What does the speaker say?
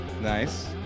Nice